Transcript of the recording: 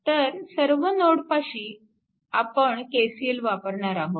तर सर्व नोडपाशी आपण KCL वापरणार आहोत